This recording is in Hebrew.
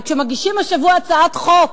כשמגישים השבוע הצעת חוק